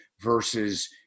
versus